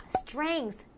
strength